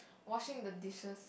washing the dishes